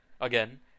Again